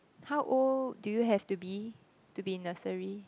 how old do you have to be to be in nursery